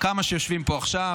כמה שיושבים פה עכשיו.